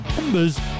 numbers